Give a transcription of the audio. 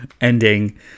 ending